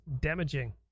damaging